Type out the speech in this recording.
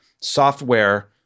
software